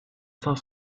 cinq